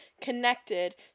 connected